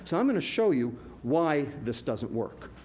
so i'm gonna show you why this doesn't work.